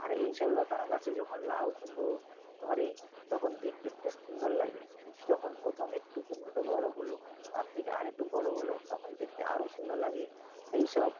আর এই সব লতানো গাছে যখন লাউ কুমড়ো ধরে তখন দেখতে খুব সুন্দর লাগে যখন প্রথম একটু কুমড়োটা বড় হলো তার থেকে আর একটু বড় হলো তখন দেখতে আরও সুন্দর লাগে সেই সব